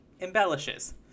embellishes